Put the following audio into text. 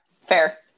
Fair